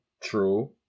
True